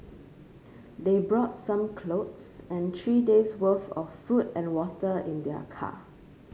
they brought some clothes and three days' worth of food and water in their car